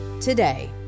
Today